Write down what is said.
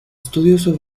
estudiosos